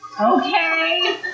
okay